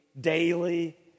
daily